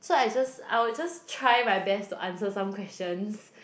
so I just I would just try my best to answer some questions